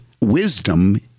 wisdom